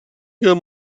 guerre